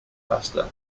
faster